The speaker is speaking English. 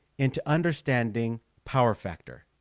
into understanding power factor